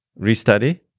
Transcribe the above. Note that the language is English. restudy